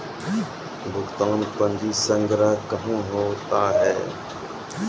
भुगतान पंजी संग्रह कहां होता हैं?